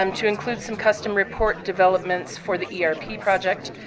um to include some custom report developments for the yeah erp project.